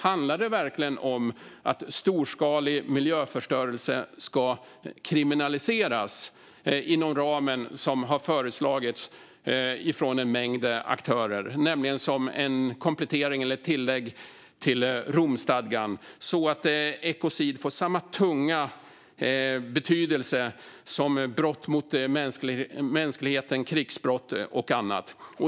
Handlar det verkligen om att storskalig miljöförstörelse ska kriminaliseras, som har föreslagits, inom ramen för en mängd aktörer, som en komplettering eller ett tillägg till Romstadgan, så att ekocid får samma tunga betydelse som brott mot mänskligheten, krigsbrott och annat?